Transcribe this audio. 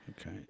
okay